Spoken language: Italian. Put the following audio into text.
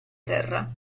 terra